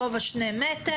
גובה 2 מטרים,